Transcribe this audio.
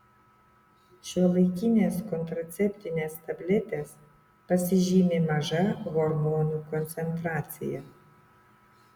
šiuolaikinės kontraceptinės tabletės pasižymi maža hormonų koncentracija